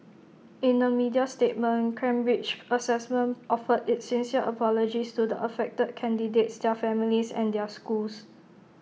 in A media statement Cambridge Assessment offered its sincere apologies to the affected candidates their families and their schools